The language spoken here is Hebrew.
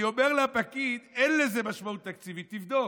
אני אומר לפקיד: אין לזה משמעות תקציבית, תבדוק.